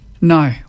No